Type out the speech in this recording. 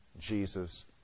Jesus